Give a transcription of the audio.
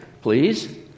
please